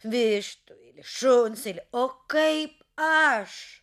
vištai šunsiui o kaip aš